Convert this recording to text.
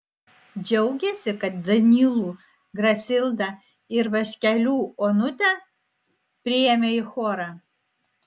džiaugėsi kad danylų grasildą ir vaškelių onutę priėmė į chorą